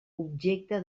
objecte